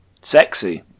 Sexy